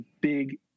big